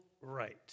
right